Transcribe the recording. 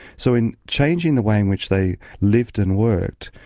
so in changing the way in which they lived and worked,